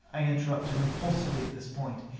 i interrupted impulsively at this point.